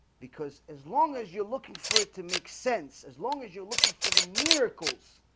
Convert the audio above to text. because as long as you're looking for it to make sense as long as you're looking for the miracles